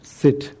sit